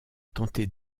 tenter